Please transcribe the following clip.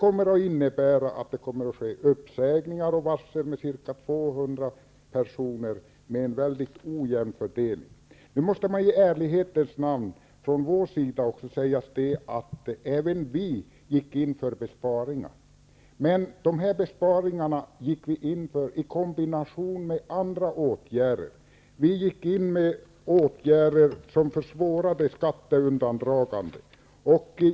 Det här innebär att det kommer att ske uppsägningar och varsel av ca 200 personer med en ojämn fördelning. Nu måste jag i ärlighetens namn säga att även vi gick in för besparingar, men det var besparingar i kombination med andra åtgärder. Det var åtgärder som försvårade skatteundandragande.